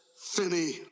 Finney